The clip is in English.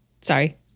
Sorry